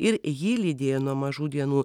ir jį lydėjo nuo mažų dienų